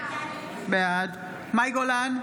בעד מאי גולן,